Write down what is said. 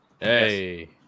Hey